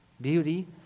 beauty